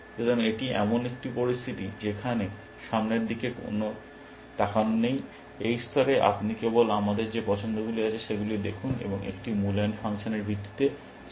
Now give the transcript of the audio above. সুতরাং এটি এমন একটি পরিস্থিতি যেখানে সামনের দিকে কোন তাকান নেই এই স্তরে আপনি কেবল আমাদের যে পছন্দগুলি আছে সেগুলি দেখুন এবং একটি মূল্যায়ন ফাংশনের ভিত্তিতে সেরাটি বেছে নেওয়া হোক